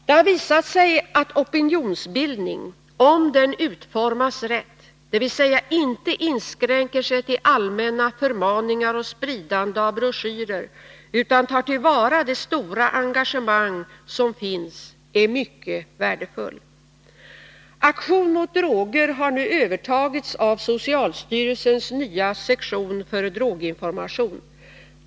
Det har visat sig att opinionsbildning — om den utformas rätt, dvs. inte inskränker sig till allmänna förmaningar och spridande av broschyrer utan tar till vara det stora engagemang som finns — är mycket värdefull. droginformation.